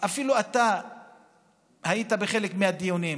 אתה היית בחלק מהדיונים,